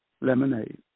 lemonade